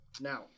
Now